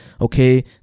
Okay